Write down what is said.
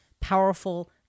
powerful